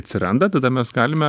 atsiranda tada mes galime